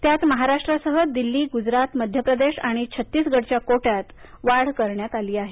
त्यात महाराष्ट्रासह दिल्ली गुजरात मध्यप्रदेश आणि छत्तीसगडच्या कोट्यात वाढ केली आहे